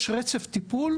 יש רצף טיפול,